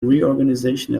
reorganization